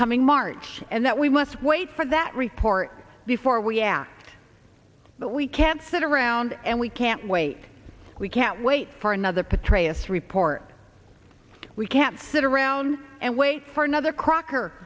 coming march and that we must wait for that report before we act but we can't sit around and we can't wait we can't wait for another patris report we can't sit around and wait for another crocker